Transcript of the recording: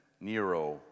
Nero